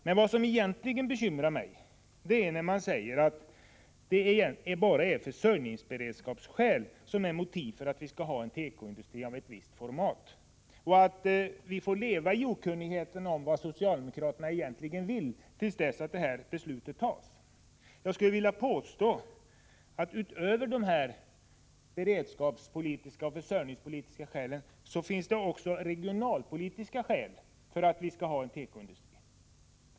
Men det som egentligen bekymrar mig är när man säger att det bara är försörjningsberedskapsskäl som är motivet för att vi skall ha en tekoindustri av ett visst format. Vi får leva i okunnighet om vad socialdemokraterna egentligen vill till dess beslutet på det här området har tagits. Jag skulle vilja påstå att utöver de här beredskapspolitiska och försörjningspolitiska skälen finns det också regionalpolitiska skäl för att vi skall ha en tekoindustri.